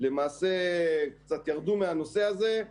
למעשה קצת ירדו מהנושא הזה,